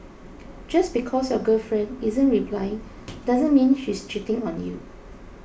just because your girlfriend isn't replying doesn't mean she's cheating on you